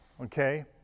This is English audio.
okay